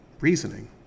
reasoning